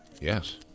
Yes